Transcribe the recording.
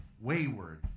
wayward